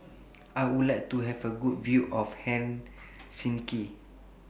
I Would like to Have A Good View of Helsinki